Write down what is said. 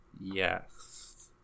Yes